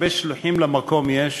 הרבה שליחים למקום יש,